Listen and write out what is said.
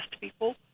people